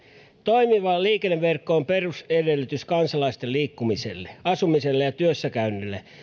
toimiva liikenneverkko on perusedellytys kansalaisten liikkumiselle asumiselle ja työssäkäynnille